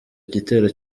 gitero